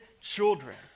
children